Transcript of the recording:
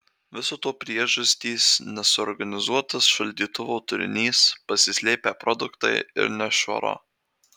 viso to priežastys nesuorganizuotas šaldytuvo turinys pasislėpę produktai ir nešvara